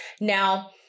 Now